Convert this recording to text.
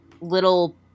little